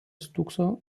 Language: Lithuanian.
stūkso